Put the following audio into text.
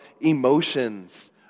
emotions